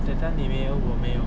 对在里面我没有